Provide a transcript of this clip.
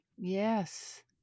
Yes